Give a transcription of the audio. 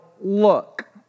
look